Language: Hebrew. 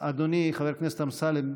אדוני חבר הכנסת אמסלם,